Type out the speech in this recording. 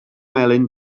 melyn